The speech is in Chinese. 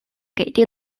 给定